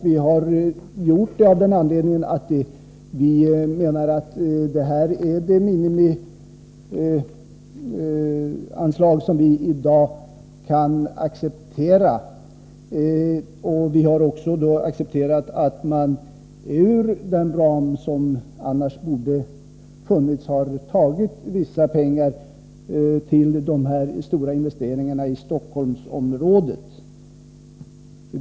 Vi har gjort det av den anledningen att vi menar att det är det minsta anslag som vi i dag kan acceptera. Vi har då också accepterat att man ur den ram som annars borde ha funnits har tagit vissa medel till de stora investeringarna i Stockholmsområdet.